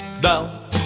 down